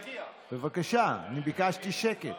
בבקשה, אני ביקשתי שקט.